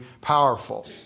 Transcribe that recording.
powerful